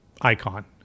icon